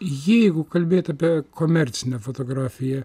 jeigu kalbėt apie komercinę fotografiją